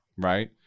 right